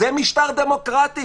זה משטר דמוקרטי.